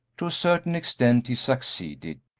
to a certain extent he succeeded,